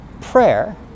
prayer